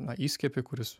na įskiepį kuris